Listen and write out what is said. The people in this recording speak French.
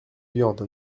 viande